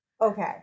Okay